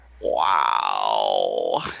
Wow